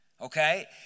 Okay